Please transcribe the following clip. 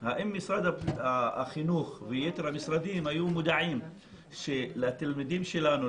האם משרד החינוך ויתר המשרדים היו מודעים שלתלמידים שלנו,